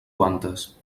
quantes